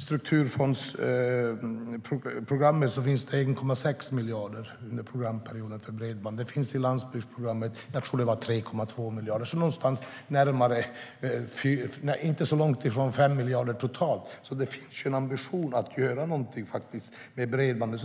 strukturfondsprogrammet finns det 1,6 miljarder under programperioden för bredband. I landsbygdsprogrammet tror jag det är 3,2 miljarder. Det är inte så långt ifrån 5 miljarder totalt, så det finns ju en ambition att göra någonting med bredbandet.